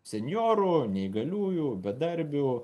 senjorų neįgaliųjų bedarbių